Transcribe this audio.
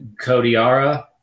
Kodiara